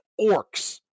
Orcs